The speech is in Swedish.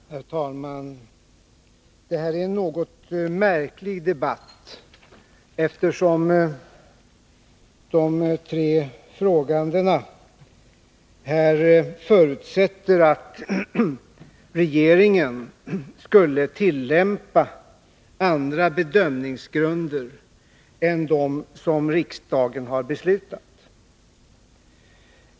Herr talman! Detta är en något märklig debatt, eftersom de tre frågeställarna förutsätter att regeringen skall tillämpa andra bedömningsgrunder än dem som riksdagen har beslutat.